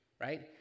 Right